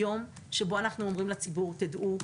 הוא יום שבו אנחנו אומרים לציבור: דעו,